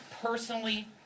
personally